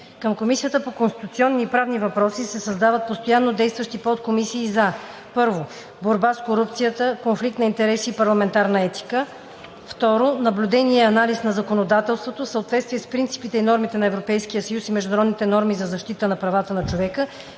Към Комисията по конституционни и правни въпроси се създават постоянно действащи подкомисии за: 1. борба с корупцията, конфликт на интереси и парламентарна етика; 2. наблюдение и анализ на законодателството в съответствие с принципите и нормите на Европейския съюз и международните норми за защита на правата на човека